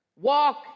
Walk